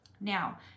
Now